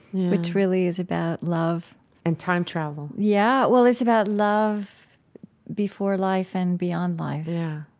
which really is about love and time travel yeah, well it's about love before life and beyond life yeah.